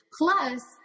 plus